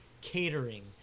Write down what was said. catering